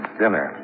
dinner